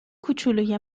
کوچولوی